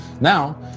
Now